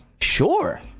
sure